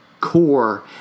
core